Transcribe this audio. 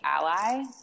ally